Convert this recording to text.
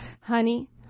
Honey